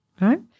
right